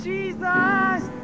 Jesus